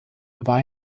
war